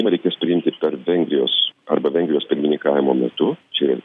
reikės priimti per vengrijos arba vengrijos pirmininkavimo metu čia